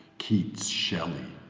keats, shelley,